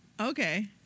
Okay